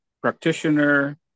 practitioner